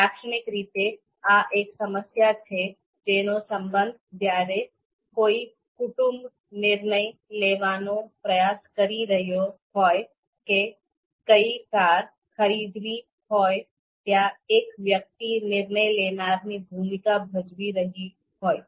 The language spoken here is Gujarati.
લાક્ષણિક રીતે આ એક સમસ્યા છે જેનો સંબંધ જ્યારે કોઈ કુટુંબ નિર્ણય લેવાનો પ્રયાસ કરી રહ્યો હોય કે કઈ કાર ખરીદવી હોય ત્યાં એક વ્યક્તિ નિર્ણય લેનારની ભૂમિકા ભજવી રહી હોય